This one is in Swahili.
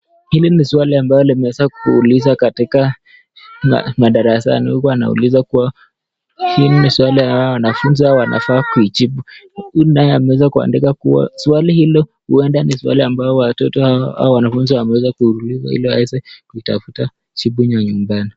Hili ni swali ambalo limeweza kuulizwa katika madarasani, huku wanaulizwa kuwa. Hili ni swali ambalo wanafunzi wanafaa kuijibu. Huyu naye ameweza kuandika, swali hilo huenda kuwa wanafunzi au watoto hawa wameweza kuulizwa ili waweze kutafuta jibu hilo nyumbani.